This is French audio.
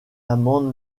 amende